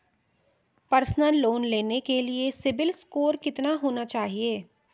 Personal loan लेने के लिए सिबिल स्कोर कितना होना चाहिए?